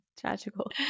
Tragical